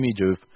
image